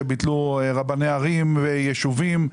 שביטלו רבני ערים וישובים.